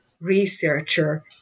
researcher